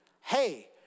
hey